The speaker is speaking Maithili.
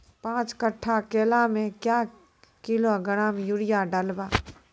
पाँच कट्ठा केला मे क्या किलोग्राम यूरिया डलवा?